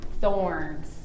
thorns